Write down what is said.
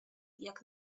jak